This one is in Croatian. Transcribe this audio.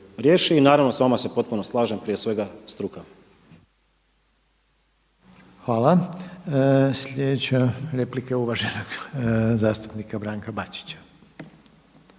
I naravno s vama se potpuno slažem, prije svega struka.